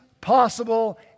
possible